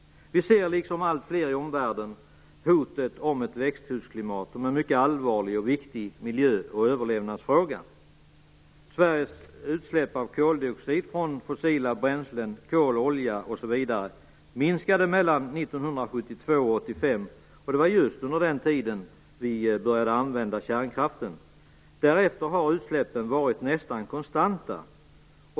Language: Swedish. Vi ser, liksom alltfler i omvärlden, hotet om ett växthusklimat som en mycket allvarlig och viktig miljö och överlevnadsfråga. Sveriges utsläpp av koldioxid från fossila bränslen, kol, olja, m.fl., minskade mellan 1972 och 1985. Det var just under den tiden vi började använda kärnkraften. Därefter har utsläppen varit nästan konstanta.